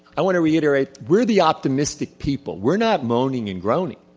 i want to reiterate we're the optimistic people, we're not moaning and groaning.